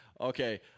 Okay